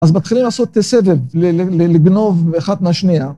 אז מתחילים לעשות סבב, לגנוב אחד מהשנייה.